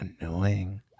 annoying